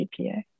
GPA